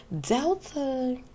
Delta